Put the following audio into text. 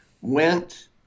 went